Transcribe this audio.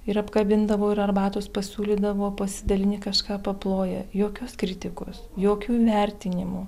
ir apkabindavo ir arbatos pasiūlydavo pasidalini kažką paploja jokios kritikos jokių vertinimų